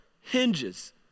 hinges